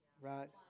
right